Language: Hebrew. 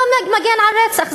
אתה מגן על רצח.